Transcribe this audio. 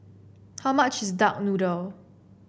how much is Duck Noodle